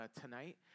tonight